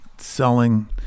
selling